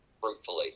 fruitfully